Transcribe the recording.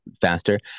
faster